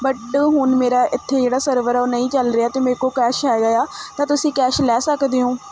but ਹੁਣ ਮੇਰਾ ਇੱਥੇ ਜਿਹੜਾ ਸਰਵਰ ਹੈ ਉਹ ਨਹੀਂ ਚੱਲ ਰਿਹਾ ਅਤੇ ਮੇਰੇ ਕੋਲ ਕੈਸ਼ ਹੈਗਾ ਆ ਤਾਂ ਤੁਸੀਂ ਕੈਸ਼ ਲੈ ਸਕਦੇ ਹੋ